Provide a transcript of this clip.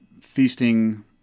feasting